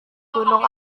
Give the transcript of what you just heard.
gunung